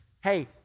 Hey